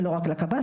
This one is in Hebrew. ולא רק לקב"סים,